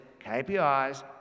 KPIs